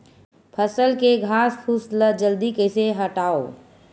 फसल के घासफुस ल जल्दी कइसे हटाव?